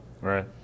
Right